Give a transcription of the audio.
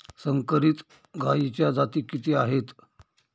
संकरित गायीच्या जाती किती आहेत?